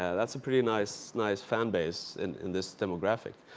that's a pretty nice nice fanbase in this demographic.